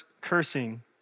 cursing